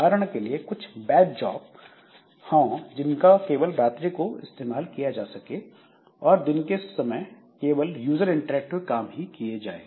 उदाहरण के लिए कुछ ऐसे बैच जॉब हैं जिनको केवल रात्रि को किया जा सकता है और दिन के समय में केवल यूजर इंटरएक्टिव काम ही किए जाते हैं